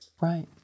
right